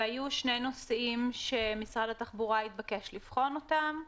והיו שני נושאים שמשרד התחבורה התבקש לבחון אותם.